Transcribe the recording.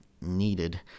needed